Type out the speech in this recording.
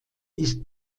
ist